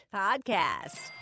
podcast